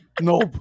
nope